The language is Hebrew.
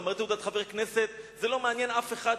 אתה מראה תעודת חבר כנסת, זה לא מעניין אף אחד.